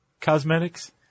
cosmetics